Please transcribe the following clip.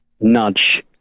nudge